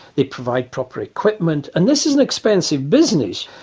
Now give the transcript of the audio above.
they provide proper equipment. and this is an expensive business,